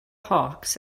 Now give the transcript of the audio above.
hawks